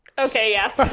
okay, yes. ah